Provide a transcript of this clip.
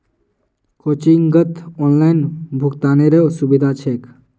कोचिंगत ऑनलाइन भुक्तानेरो सुविधा छेक